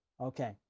Okay